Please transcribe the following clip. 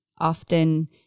often